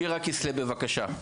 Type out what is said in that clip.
שירה כסלו, בבקשה.